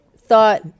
thought